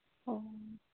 ꯑꯣ